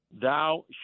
thou